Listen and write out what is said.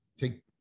Take